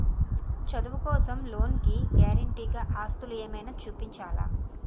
చదువు కోసం లోన్ కి గారంటే గా ఆస్తులు ఏమైనా చూపించాలా?